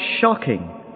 shocking